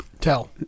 tell